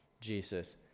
Jesus